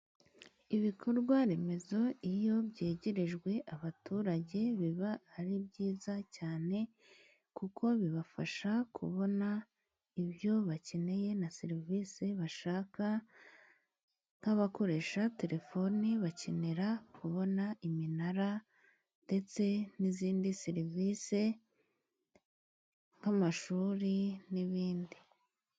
Ibikorwa remezo iyo byegerejwe abaturage biba ari byiza cyane, kuko bibafasha kubona ibyo bakeneye na serivise bashaka. Nk'abakoresha terefoni bakenera kubona iminara, ndetse n'izindi serivise nk'amashuri n'ibindi.